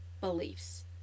beliefs